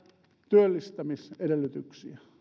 työllistämisedellytyksiä